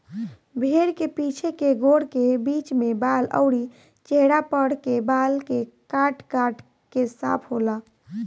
भेड़ के पीछे के गोड़ के बीच में बाल अउरी चेहरा पर के बाल के काट काट के साफ होला